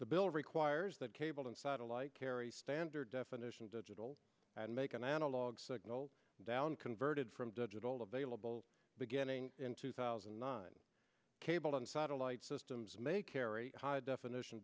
the bill requires that cable to like carrie standard definition digital and make an analog signal down converted from digital available beginning in two thousand and nine cable and satellite systems may carry high definition